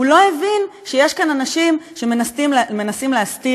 הוא לא הבין שיש כאן אנשים שמנסים להסתיר